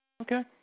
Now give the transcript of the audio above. Okay